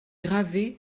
gravé